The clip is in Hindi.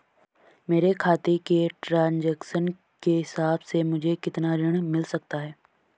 मेरे खाते के ट्रान्ज़ैक्शन के हिसाब से मुझे कितना ऋण मिल सकता है?